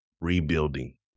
rebuilding